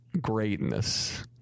greatness